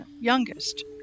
youngest